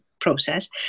process